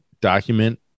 document